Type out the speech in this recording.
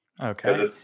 Okay